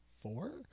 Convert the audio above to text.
four